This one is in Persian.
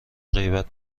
غیبت